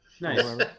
Nice